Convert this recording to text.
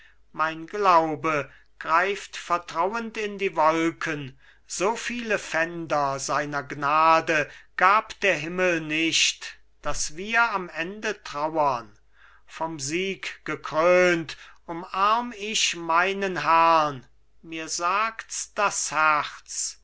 mein glaube greift vertrauend in die wolken so viele pfänder seiner gnade gab der himmel nicht daß wir am ende trauern vom sieg gekrönt umarm ich meinen herrn mir sagts das herz